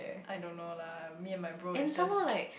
I don't know lah me and my bro is just